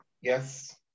yes